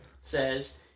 says